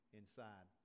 inside